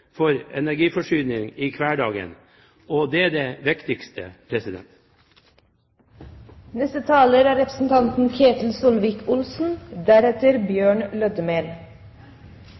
for energiforsyning i hverdagen – og det er det viktigste. Jeg takker representanten